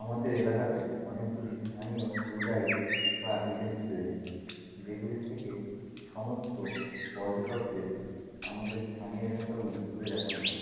আমাদের এলাকাতে অনেকগুলি স্থানীয় ট্যুর গাইড বা এজেন্সি রয়েছে যেগুলি থেকে সমস্ত পর্যটকদের আমাদের স্থানীয় এলাকাগুলি ঘুরে দেখানো হয়